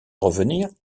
revenir